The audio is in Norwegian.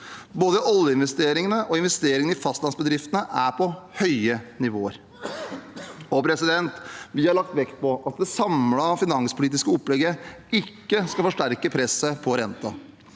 Både oljeinvesteringene og investeringene i fastlandsbedriftene er på høye nivåer. Vi har lagt vekt på at det samlede finanspolitiske opplegget ikke skal forsterke presset på renten.